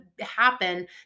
happen